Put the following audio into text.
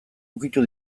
ukitu